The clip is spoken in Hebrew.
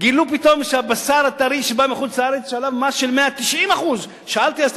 גילו פתאום שעל הבשר הטרי שבא מחוץ-לארץ יש מס של 190%. שאלתי אז,